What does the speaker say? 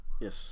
Yes